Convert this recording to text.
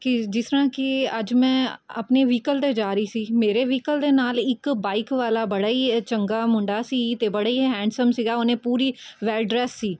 ਕਿ ਜਿਸ ਤਰ੍ਹਾਂ ਕਿ ਅੱਜ ਮੈਂ ਆਪਣੀ ਵਹੀਕਲ 'ਤੇ ਜਾ ਰਹੀ ਸੀ ਮੇਰੇ ਵਹੀਕਲ ਦੇ ਨਾਲ਼ ਇੱਕ ਬਾਈਕ ਵਾਲਾ ਬੜਾ ਹੀ ਚੰਗਾ ਮੁੰਡਾ ਸੀ ਅਤੇ ਬੜਾ ਹੀ ਹੈਂਡਸਮ ਸੀਗਾ ਉਹਨੇ ਪੂਰੀ ਵੈੱਲ ਡਰੈੱਸ ਸੀ